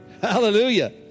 Hallelujah